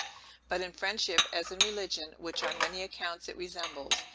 but in friendship, as in religion, which on many accounts it resembles,